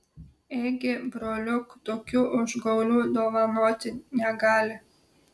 ėgi broliuk tokių užgaulių dovanoti negali